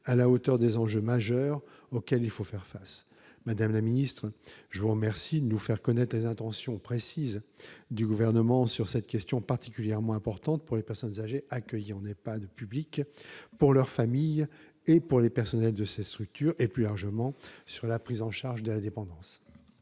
à la hauteur des enjeux majeurs auxquels il faut faire face. Madame la ministre, je vous remercie de nous faire connaître les intentions précises du Gouvernement sur cette question particulièrement importante pour les personnes âgées accueillies en EHPAD public, leurs familles et les personnels de ces structures, et, plus largement, sur celle de la prise en charge de la dépendance.